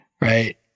Right